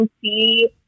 see